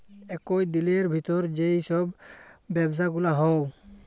একই দিলের ভিতর যেই সব ব্যবসা গুলা হউ